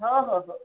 हो हो हो